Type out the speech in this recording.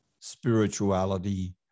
spirituality